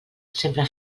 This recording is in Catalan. sempre